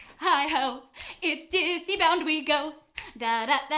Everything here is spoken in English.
heigh-ho it's disney bound we go da